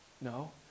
No